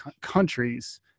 countries